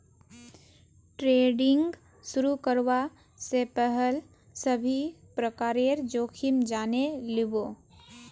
trading शुरू करवा स पहल सभी प्रकारेर जोखिम जाने लिबो